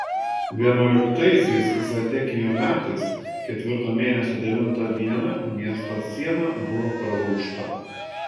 vienuoliktaisiais zedekijo metais ketvirto mėnesio devintą dieną miesto siena buvo pralaužta